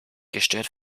gestört